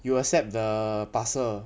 you accept the parcel